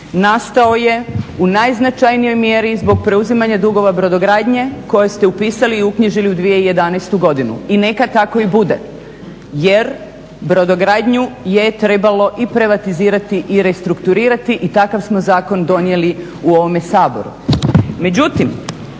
nastao je u najznačajnijoj mjeri zbog preuzimanja dugova brodogradnje koje ste upisali i uknjižili u 2011.godinu i neka tako i bude jer brodogradnju je trebalo i privatizirati i restrukturirati i takav smo zakon donijeli u ovome Saboru.